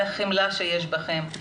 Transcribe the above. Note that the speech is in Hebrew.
על החמלה שיש בכם,